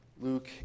Luke